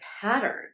pattern